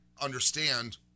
understand